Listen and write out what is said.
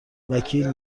وکیل